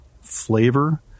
flavor